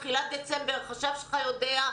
תחילת דצמבר החשב שלך יודע,